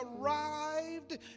arrived